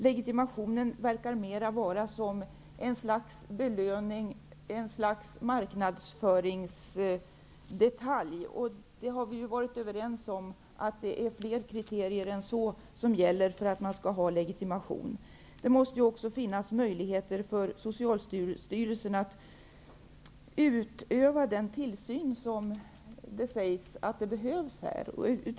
Legitimationen verkar mera vara en slags belöning, en slags marknadsföringsdetalj. Vi har varit överens om att det är fler kriterier än så som gäller för att man skall få legitimation. Det måste också finnas möjligheter för Socialstyrelsen att utöva den tillsyn som det sägs behövs här.